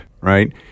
right